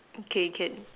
okay can